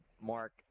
Mark